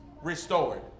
restored